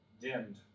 dimmed